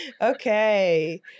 Okay